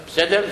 בסדר.